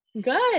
Good